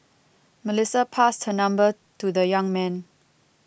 Melissa passed her number to the young man